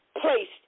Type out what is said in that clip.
placed